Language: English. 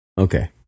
Okay